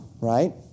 right